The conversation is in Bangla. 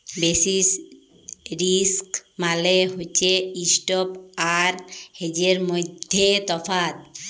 বেসিস রিস্ক মালে হছে ইস্প্ট আর হেজের মইধ্যে তফাৎ